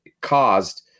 caused